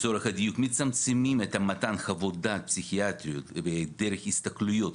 מצמצמים את מתן חוות דעת פסיכיאטריות דרך הסתכלויות,